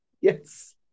Yes